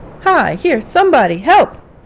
hi, here, somebody help!